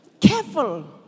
Careful